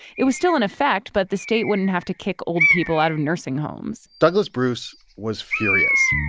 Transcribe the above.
it was still in effect, but the state wouldn't have to kick old people out of nursing homes douglas bruce was furious.